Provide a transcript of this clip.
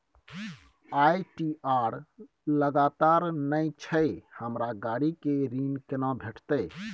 ITR लगातार नय छै हमरा गाड़ी के ऋण केना भेटतै?